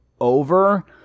over